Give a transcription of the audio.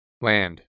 Land